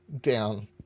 down